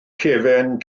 cefn